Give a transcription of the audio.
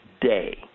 day